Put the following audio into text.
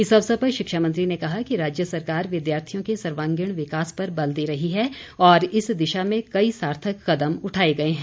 इस अवसर पर शिक्षा मंत्री ने कहा कि राज्य सरकार विद्यार्थियों के सर्वागीण विकास पर बल दे रही है और इस दिशा में कई सार्थक कदम उठाए गए हैं